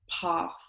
path